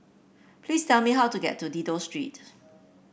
please tell me how to get to Dido Street